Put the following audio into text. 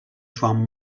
joan